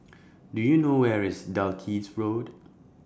Do YOU know Where IS Dalkeith Road